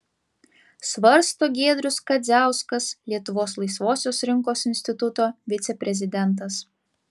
svarsto giedrius kadziauskas lietuvos laisvosios rinkos instituto viceprezidentas